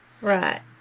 Right